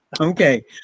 Okay